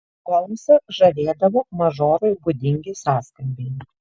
holmsą žavėdavo mažorui būdingi sąskambiai